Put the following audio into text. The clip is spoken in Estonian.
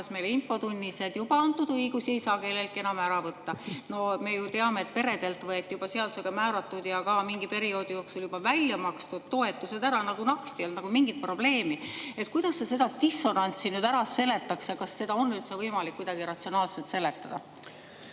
ka täna infotunnis –, et juba antud õigusi ei saa kelleltki enam ära võtta. No me ju teame, et peredelt võeti ära seadusega määratud ja ka mingi perioodi jooksul juba välja makstud toetused nagu naksti. Ei olnud mingit probleemi. Kuidas sa selle dissonantsi ära seletaksid ja kas seda on üldse võimalik kuidagi ratsionaalselt seletada?